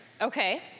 Okay